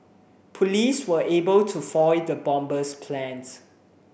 police were able to foil the bomber's plans